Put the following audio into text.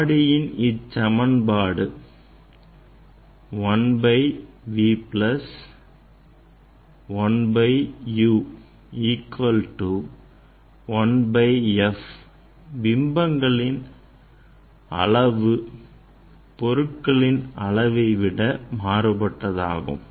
ஆடியின் இச் சமன்பாடு 1 by v plus 1 by u equal to 1 by f பிம்பங்களின் அளவு பொருட்களின் அளவை விட மாறுபட்டதாகும்